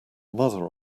mother